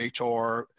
HR